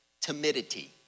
timidity